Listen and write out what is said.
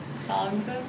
songs